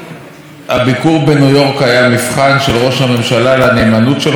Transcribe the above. כיוון שאנחנו יודעים במה נחשד ראש הממשלה בתקשורת,